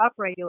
upregulate